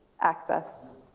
access